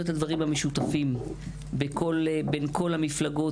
את הדברים המשותפים בין כל המפלגות.